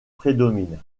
prédomine